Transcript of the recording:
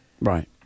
Right